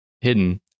hidden